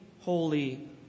holy